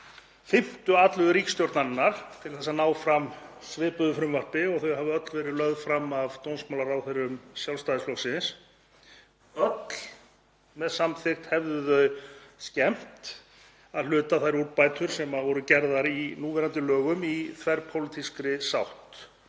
atlögu ríkisstjórnarinnar til að ná fram svipuðu frumvarpi, og þau hafa öll verið lögð fram af dómsmálaráðherrum Sjálfstæðisflokksins. Öll, með samþykkt, hefðu skemmt að hluta þær úrbætur sem voru gerðar í núverandi lögum í þverpólitískri sátt.